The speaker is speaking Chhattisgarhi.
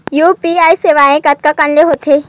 यू.पी.आई सेवाएं कतका कान ले हो थे?